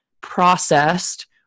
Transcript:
processed